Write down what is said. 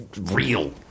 real